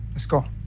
let's go.